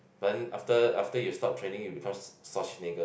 then after after you stop training you becomes Schwarzenegger